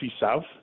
South